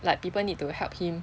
like people need to help him